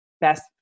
best